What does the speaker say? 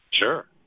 Sure